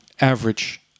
average